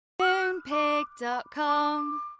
Moonpig.com